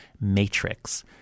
matrix